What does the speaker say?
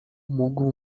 mógł